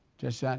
just that,